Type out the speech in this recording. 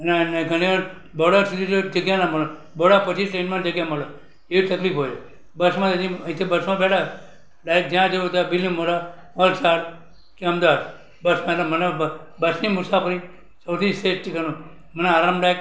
ને ને ઘણીવાર બરોડા સુધી તો જગ્યા ના મળે બરોડા પહોંચી ટ્રેનમાં જગ્યા મળે એ તકલીફ હોય બસમાં હજી અહીંથી બસમાં બેઠા ડાયરેક જ્યાં જવું ત્યાં બીલીમોરા વલસાડ કે અમદાવાદ બસમાં એટલે મને બસની મુસાફરી સૌથી શ્રેષ્ઠ ગણું મને આરામદાયક